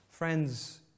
Friends